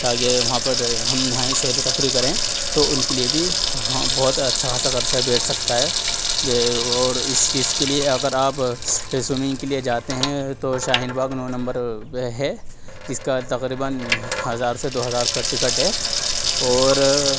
تاکہ وہاں پر ہم نہائیں سیر و تفریح کریں تو ان کے لیے بھی ہاں بہت اچھا خاصہ خرچہ بیٹھ سکتا ہے اور اس چیز کے لیے اگر آپ سوئمنگ کے لیے جاتے ہیں تو شاہین باغ نو نمبر پہ ہے جس کا تقریباً ہزار سے دو ہزار کا ٹکٹ ہے اور